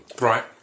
right